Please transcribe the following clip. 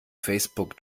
facebook